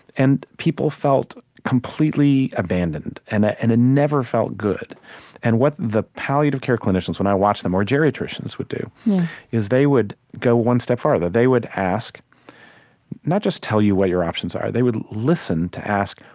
and people felt completely abandoned. it and ah and never felt good and what the palliative care clinicians, when i watched them or geriatricians would do is they would go one step farther. they would ask not just tell you what your options are they would listen, to ask,